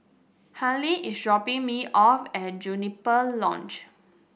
Hallie is dropping me off at Juniper Lodge